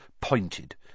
pointed